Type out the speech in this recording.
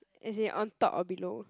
as in on top or below